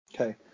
Okay